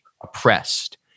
oppressed